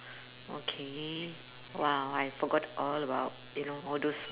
okay !wow! I forgot all about you know all those